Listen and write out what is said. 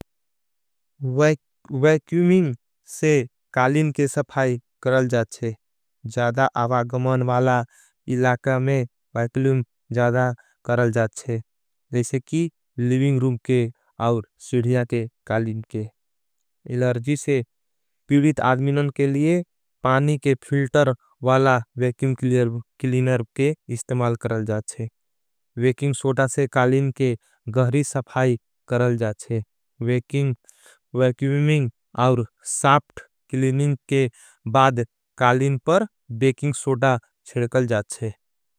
वैक्यूमिंग से कालिन के सफाई करल जाएच्छे जदा। आबागमन वाला इलाका में वैक्यूम जदा करल जाएच्छे। जैसे की लिविंग रूम के और सिड़िया के कालिन के। एलर्जी से पीडित आदमिनन के लिए पानी के फिल्टर। वाला वैक्यूम किलिनर के इस्तेमाल करल जाएच्छे। वैकिंग सोटा से कालिन के गहरी सफाई करल। जाएच्छे वैकिंग वैक्यूमिंग और साफ्ट किलिनिंग के। बाद कालिन पर बेकिंग सोटा छेड़कल जाएच्छे।